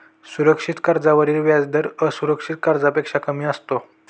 सुरक्षित कर्जावरील व्याजदर असुरक्षित कर्जापेक्षा कमी असतो